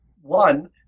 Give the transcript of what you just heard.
one